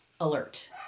alert